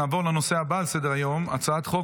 נעבור לנושא הבא על סדר-היום: הצעת חוק